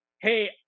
hey